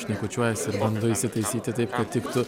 šnekučiuojasi ir bando įsitaisyti taip kad tiktų